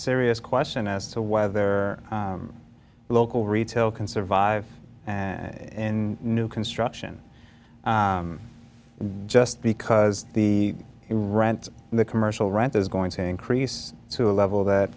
serious question as to whether their local retail can survive in new construction just because the rent the commercial rent is going to increase to a level that